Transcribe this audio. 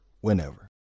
whenever